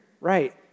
right